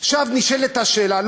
עכשיו נשאלת השאלה,